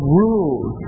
rules